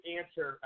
answer